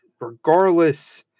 regardless